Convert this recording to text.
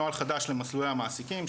נוהל חדש למסלולי המעסיקים,